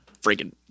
freaking